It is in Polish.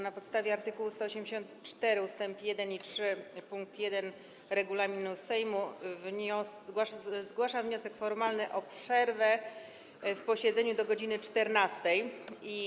Na podstawie art. 184 ust. 1 i 3 pkt 1 regulaminu Sejmu zgłaszam wniosek formalny o przerwę w posiedzeniu do godz. 14.